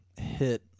hit